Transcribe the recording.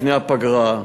לפני הפגרה.